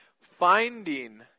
finding